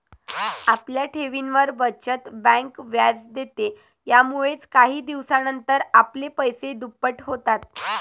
आपल्या ठेवींवर, बचत बँक व्याज देते, यामुळेच काही दिवसानंतर आपले पैसे दुप्पट होतात